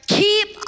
keep